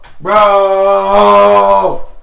Bro